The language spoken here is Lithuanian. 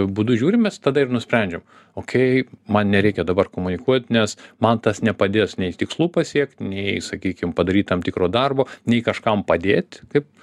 būdu žiūrim mes tada ir nusprendžiam okei man nereikia dabar komunikuot nes man tas nepadės nei tikslų pasiekt nei sakykim padaryt tam tikro darbo nei kažkam padėt kaip